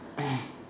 and